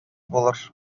булыр